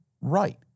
Right